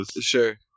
Sure